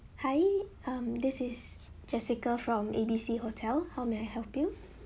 hi um this is jessica from A B C hotel how may I help you